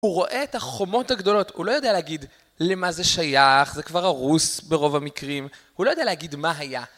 הוא רואה את החומות הגדולות, הוא לא יודע להגיד למה זה שייך, זה כבר הרוס ברוב המקרים, הוא לא יודע להגיד מה היה.